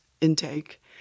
intake